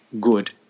good